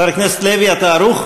חבר הכנסת לוי, אתה ערוך?